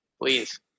Please